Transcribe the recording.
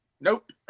Nope